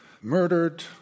murdered